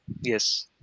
Yes